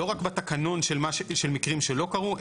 לא רק בתקנון של מקרים שלא קרו,